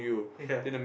ya